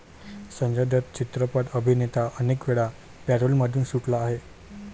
संजय दत्त चित्रपट अभिनेता अनेकवेळा पॅरोलमधून सुटला आहे